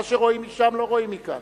מה שרואים משם לא רואים מכאן.